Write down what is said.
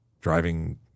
driving